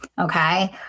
okay